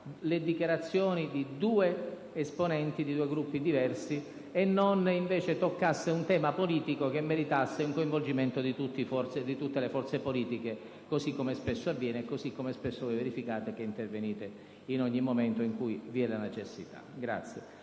le dichiarazioni di due esponenti di Gruppi diversi, e non invece un tema politico che meritasse il coinvolgimento di tutte le forze politiche, così come spesso avviene e come voi potete verificare, tanto che intervenite in ogni momento in cui ce n'è la necessità. **Sui